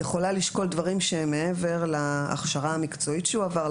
היא יכולה לשקול דברים שהם מעבר להכשרה המקצועית שהוא עבר,